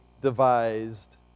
devised